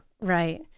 Right